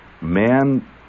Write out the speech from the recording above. man